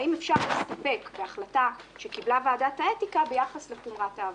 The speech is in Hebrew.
האם אפשר להסתפק בהחלטה שקיבלה ועדת האתיקה ביחס לחומרת העבירה.